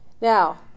Now